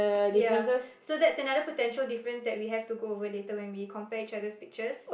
ya so that's another potential difference that we have to go over later when we compare with each other pictures